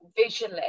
visually